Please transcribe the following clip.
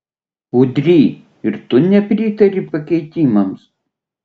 udry ir tu nepritari pakeitimams